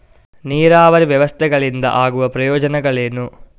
ನೀರಾವರಿ ವ್ಯವಸ್ಥೆಗಳಿಂದ ಆಗುವ ಪ್ರಯೋಜನಗಳೇನು?